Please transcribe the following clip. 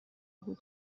بود